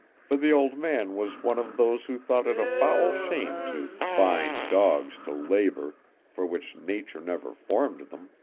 for the old man was one of those who thought it a foul shame to bind dogs to labor for which nature never formed them.